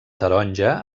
taronja